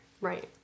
right